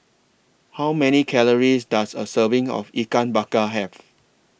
How Many Calories Does A Serving of Ikan Bakar Have